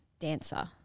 dancer